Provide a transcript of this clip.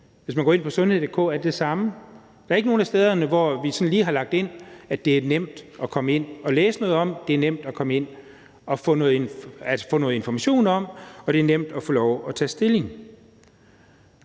Hvis man går ind på sundhed.dk, er det det samme. Der er ikke nogen af stederne, hvor det er lagt ind, så det er nemt at læse noget om det, nemt at få noget information og nemt at tage stilling